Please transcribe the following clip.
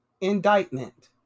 Indictment